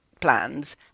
plans